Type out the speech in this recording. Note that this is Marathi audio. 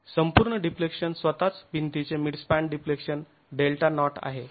संपूर्ण डिफ्लेक्शन स्वतःच भिंतीचे मिडस्पॅन डिफ्लेक्शन डेल्टा नाॅट आहे